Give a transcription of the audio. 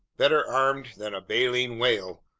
better armed than a baleen whale,